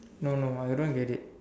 no no I don't get it